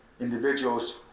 individuals